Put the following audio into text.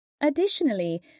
Additionally